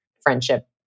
Friendship